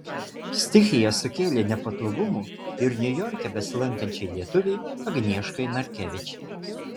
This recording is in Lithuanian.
stichija sukėlė nepatogumų ir niujorke besilankančiai lietuvei agnieškai narkevič